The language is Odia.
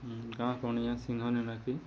ଗାଁ କଣିଆ ସିଂହାଣୀ ନାକି